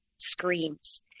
screams